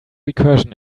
recursion